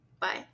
bye